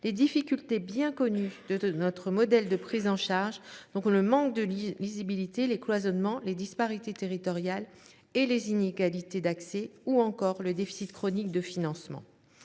les difficultés bien connues de notre modèle de prise en charge que sont le manque de lisibilité, les cloisonnements, les disparités territoriales et les inégalités d’accès ou encore le déficit chronique de financement.